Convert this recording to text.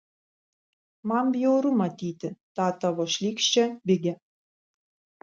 man bjauru matyti tą tavo šlykščią bigę